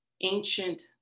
ancient